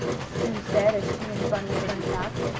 sue said, as she and bunny turned back.